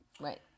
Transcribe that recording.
Right